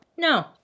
No